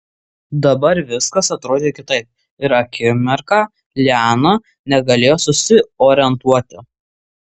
dabar viskas atrodė kitaip ir akimirką liana negalėjo susiorientuoti